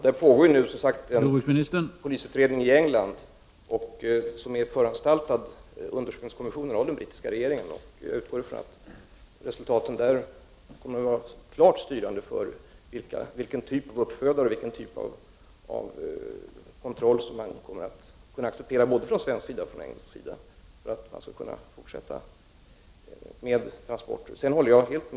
Herr talman! Det pågår, som sagt, just nu en polisutredning i England som är föranstaltad av en undersökningskommission och den brittiska regeringen. Jag utgår ifrån att resultaten kommer att vara helt styrande för vilken typ av uppfödare och kontroll som man kommer att kunna acceptera från såväl svensk som engelsk sida för att verksamheten med transport av försöksdjur skall kunna fortsätta.